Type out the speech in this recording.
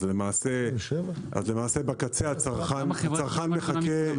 למעשה, בקצה הצרכן מחכה.